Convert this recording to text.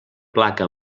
placa